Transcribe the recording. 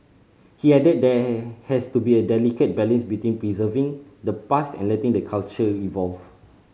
he added there has to be a delicate balance between preserving the past and letting the culture evolve